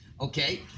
Okay